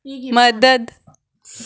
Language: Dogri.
मदद